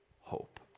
hope